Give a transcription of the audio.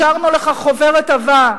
השארנו לך חוברת עבה,